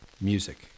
music